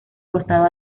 costado